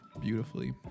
beautifully